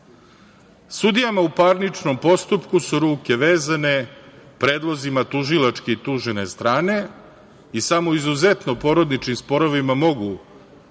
istina. Sudijama u parničnom postupku su ruke vezane predlozima tužilačke i tužene strane i samo u izuzetno porodičnim sporovima mogu